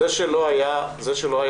זה שלא היה אירוע